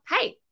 hey